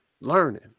learning